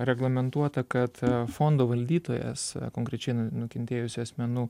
reglamentuota kad fondo valdytojas konkrečiai nukentėjusių asmenų